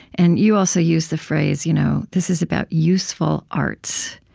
and you also use the phrase you know this is about useful arts.